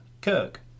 Kirk